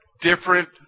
different